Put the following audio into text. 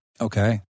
Okay